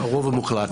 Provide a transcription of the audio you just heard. הרוב המוחלט.